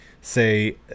say